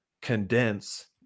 condense